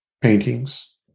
paintings